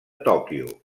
tòquio